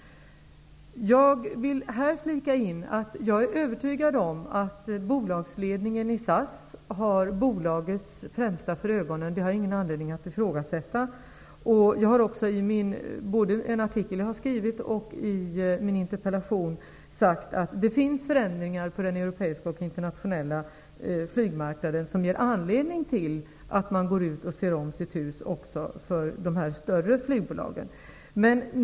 Här vill jag flika in att jag är övertygad om att bolagsledningen i SAS har bolagets bästa för ögonen. Det har jag ingen anledning att ifrågasätta. Jag har också i en artikel jag har skrivit och i min interpellation sagt att det finns förändringar på den europeiska och den internationella flygmarknaden som ger anledning för även de större flygbolagen att gå ut och se om sitt hus.